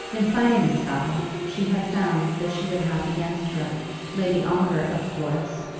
in fighting this battle she had found that she would have against her lady ongar of course,